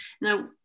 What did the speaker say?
Now